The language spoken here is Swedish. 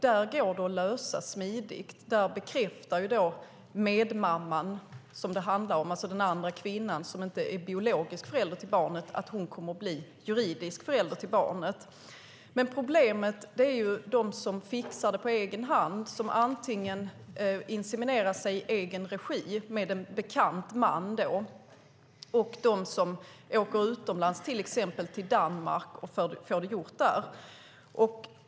Där går det att lösa smidigt genom att medmamman, alltså den kvinna som inte är biologisk förälder till barnet, bekräftar att hon kommer att bli juridisk förälder till barnet. Problemet är de som fixar det på egen hand, som antingen inseminerar sig i egen regi med en bekant man eller åker utomlands, till exempel till Danmark, och får det gjort.